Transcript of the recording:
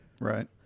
right